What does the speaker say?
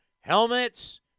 Helmets